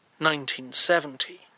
1970